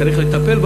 צריך לטפל בהם.